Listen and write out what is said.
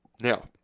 Now